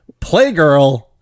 Playgirl